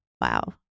Wow